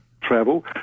travel